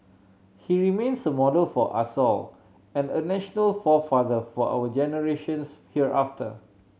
he remains a model for us all and a national forefather for our generations hereafter